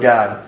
God